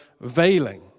veiling